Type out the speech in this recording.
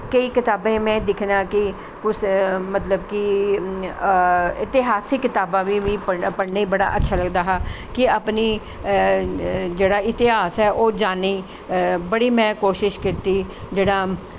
केईं कताबें गी में दिक्खनी कि कुश मतलव कि इतिहासिक कताबां पढ़नें गी बी मीं बड़ा अच्छा लगदा हा कि अपनां जेह्ड़ा इतिहास ऐ ओह् जानें बड़ी में कोशिश कीती जेह्ढ़ा